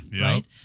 right